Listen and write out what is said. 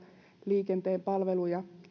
liikenteen palveluja